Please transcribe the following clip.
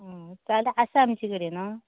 जाल्यार आसा आमचे कडेन आं